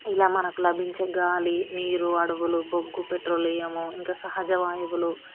ఇలా మనకు లభించే గాలి నీరు అడవులు బొగ్గు పెట్రోలియం ఇంకా సహజ వాయువులు